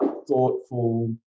Thoughtful